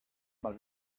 mal